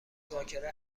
مذاکره